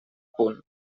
punt